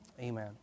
Amen